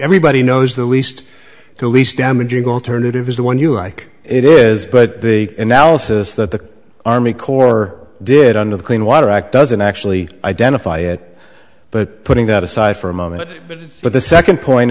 everybody knows the least the least damaging going turn it is the one you like it is but the analysis that the army corps did under the clean water act doesn't actually identify it but putting that aside for a moment but the second point